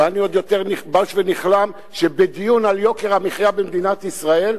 ואני עוד יותר בוש ונכלם שבדיון על יוקר המחיה במדינת ישראל,